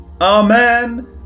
Amen